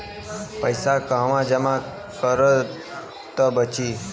पैसा कहवा जमा करब त बची?